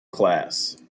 class